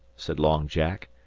said long jack.